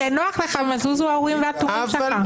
מתי שנוח לך מזוז הוא האורים והתומים שלך.